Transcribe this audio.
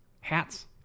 Hats